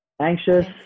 anxious